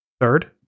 third